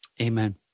Amen